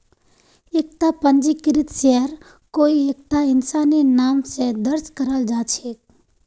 एकता पंजीकृत शेयर कोई एकता इंसानेर नाम स दर्ज कराल जा छेक